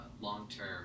long-term